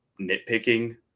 nitpicking